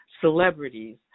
celebrities